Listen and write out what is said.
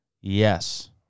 Yes